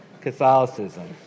Catholicism